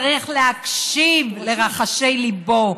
צריך להקשיב לרחשי ליבו.